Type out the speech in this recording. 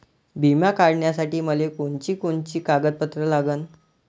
बिमा काढासाठी मले कोनची कोनची कागदपत्र लागन?